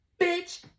bitch